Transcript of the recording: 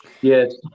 yes